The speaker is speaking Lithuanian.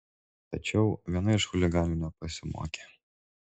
tačiau viena iš chuliganių nepasimokė